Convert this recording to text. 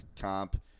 comp